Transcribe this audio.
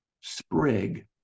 sprig